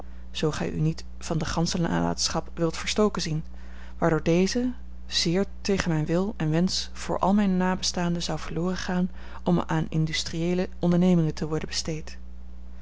zoo gij u niet van de gansche nalatenschap wilt verstoken zien waardoor deze zeer tegen mijn wil en wensch voor al mijne nabestaanden zou verloren gaan om aan industrieele ondernemingen te worden besteed